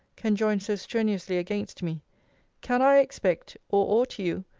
can join so strenuously against me can i expect, or ought you,